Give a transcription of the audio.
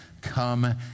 come